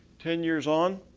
ten years on,